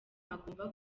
agomba